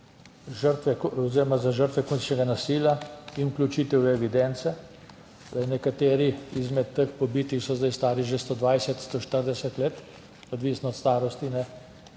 žrtve komunističnega nasilja in vključitev v evidence. Nekateri izmed teh pobitih so zdaj stari že 120, 140 let, odvisno od starosti,